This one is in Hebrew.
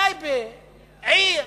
טייבה היא עיר